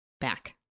back